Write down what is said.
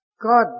God